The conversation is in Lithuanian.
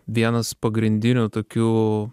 vienas pagrindinių tokių